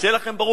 שיהיה לכם ברור,